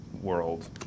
world